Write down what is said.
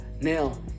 now